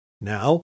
Now